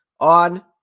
On